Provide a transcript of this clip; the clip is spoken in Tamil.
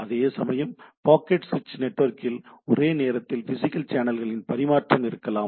அதேசமயம் பாக்கெட் சுவிட்ச் நெட்வொர்க்கில் ஒரே நேரத்தில் பிசிகல் சேனல்களில் பரிமாற்றம் இருக்கலாம்